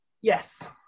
Yes